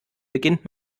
beginnt